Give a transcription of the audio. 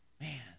Man